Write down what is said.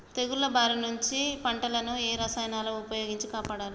తెగుళ్ల బారి నుంచి పంటలను ఏ రసాయనాలను ఉపయోగించి కాపాడాలి?